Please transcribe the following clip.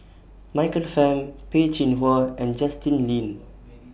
Michael Fam Peh Chin Hua and Justin Lean